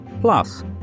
Plus